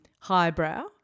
highbrow